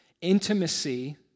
intimacy